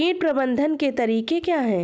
कीट प्रबंधन के तरीके क्या हैं?